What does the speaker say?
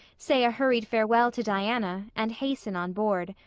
say a hurried farewell to diana, and hasten on board.